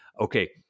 okay